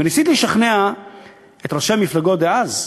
וניסיתי לשכנע את ראשי המפלגות דאז,